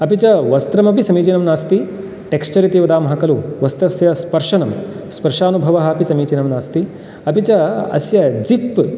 अपि च वस्त्रमपि समीचीनं नास्ति टेक्स्चर् इति वदामः कलु वस्त्रस्य स्पर्शणं स्पर्शानुभवः अपि समीचीनं नास्ति अपि च अस्य झिप्